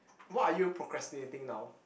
what are you procrastinating now